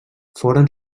foren